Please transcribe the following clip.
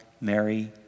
Mary